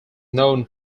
known